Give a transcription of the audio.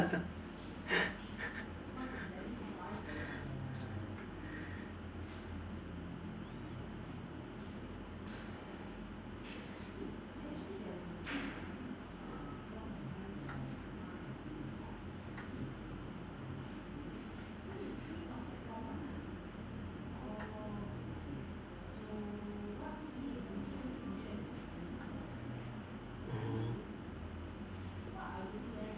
mm